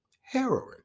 heroin